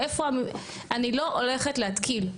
אני לא הולכת להתקיל.